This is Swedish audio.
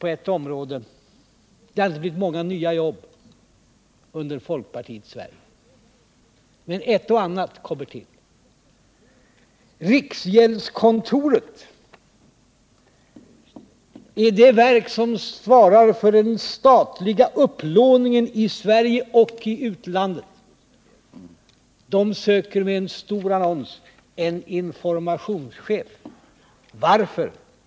Det har inte blivit många nya jobb i folkpartiets Sverige, men ett och annat kommer ändå till, på ert område. Riksgäldskontoret, som är det verk som svarar för den statliga upplåningen i Sverige och i utlandet, söker genom en stor annons en informationschef. Varför?